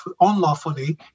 unlawfully